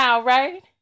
right